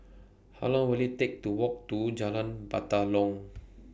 How Long Will IT Take to Walk to Jalan Batalong